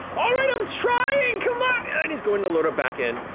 all right, i'm trying! come on! and he's going to load it back in.